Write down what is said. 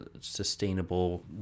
sustainable